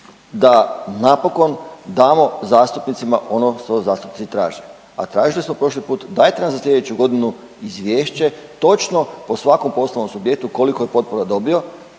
da napokon damo zastupnicima ono što zastupnici traže, a tražili smo prošli put, dajte nam za sljedeću godinu izvješće točno po svakom poslovnom subjektu koliko je potpora dobio,